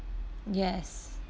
yes